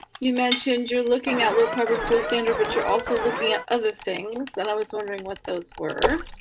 you mentioned, you're looking at low covered field standard, but you're also looking at other things that i was wondering what those were.